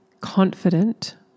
confident